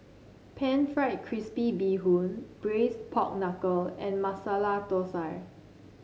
pan fried crispy Bee Hoon Braised Pork Knuckle and Masala Thosai